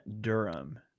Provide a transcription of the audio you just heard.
durham